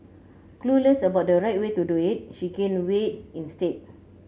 clueless about the right way to do it she gained weight instead